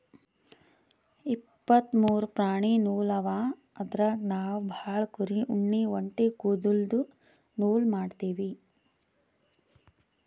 ಇಪ್ಪತ್ತ್ ಮೂರು ಪ್ರಾಣಿ ನೂಲ್ ಅವ ಅದ್ರಾಗ್ ನಾವ್ ಭಾಳ್ ಕುರಿ ಉಣ್ಣಿ ಒಂಟಿ ಕುದಲ್ದು ನೂಲ್ ಮಾಡ್ತೀವಿ